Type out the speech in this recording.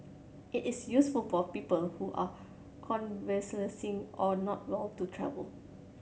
it is useful for people who are convalescing or not well to travel